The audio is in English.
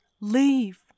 Leave